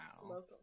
local